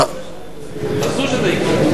אסור שזה יקרה.